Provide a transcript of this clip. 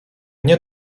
nie